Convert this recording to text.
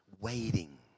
waiting